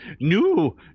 new